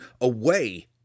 away